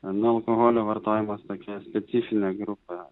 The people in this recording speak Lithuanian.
nu alkoholio vartojimas tokia specifinė grupė